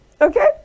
okay